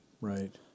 Right